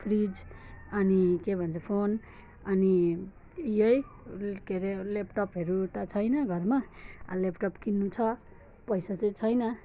fridge अनि के भन्छ फोन अनि यही के अरे लेपटपहरू त छैन घरमा लेपटप किन्नु छ पैसा चाहिँ छैन